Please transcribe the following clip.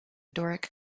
doric